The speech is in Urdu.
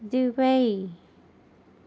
دبئی